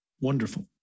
Wonderful